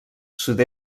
sud